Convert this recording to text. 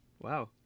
Wow